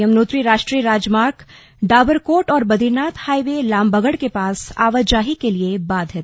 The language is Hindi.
यमुनोत्री राष्ट्रीय राजमार्ग डाबरकोट और बदरीनाथ हाईवे लामबगड़ के पास आवाजाही के लिए बाधित